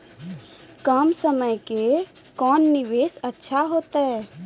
कम समय के कोंन निवेश अच्छा होइतै?